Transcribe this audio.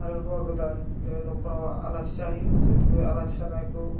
आरो हौवा गोदान न'खराव आलासि जाहैयो